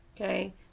Okay